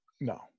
No